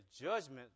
judgment